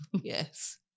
Yes